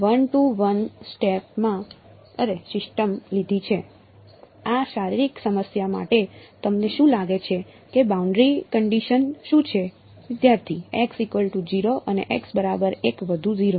વિદ્યાર્થી x0 અને x બરાબર એક વધુ 0